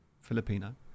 Filipino